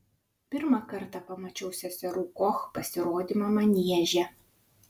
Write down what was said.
pirmą kartą pamačiau seserų koch pasirodymą manieže